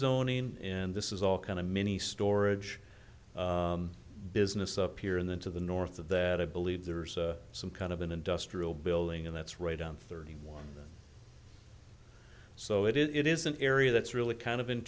zone in and this is all kind of mini storage business up here and then to the north of that i believe there's some kind of an industrial building and that's right on thirty one so it is an area that's really kind of in